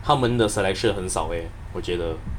他们的 selection 很少 eh 我觉得